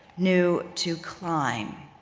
knew to climb.